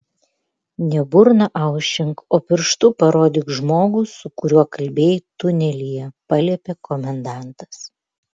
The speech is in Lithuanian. ne burną aušink o pirštu parodyk žmogų su kuriuo kalbėjai tunelyje paliepė komendantas